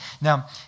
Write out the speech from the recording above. now